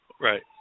Right